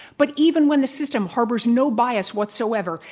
but even when the system harbors no bias whatsoever,